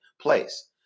place